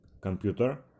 computer